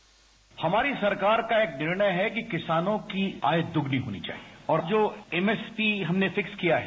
bite हमारी सरकार का एक निर्णय है कि किसानों की आय दोगुनी होनी चाहिए और जो एमएसपी हमने फिक्स किया है